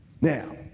Now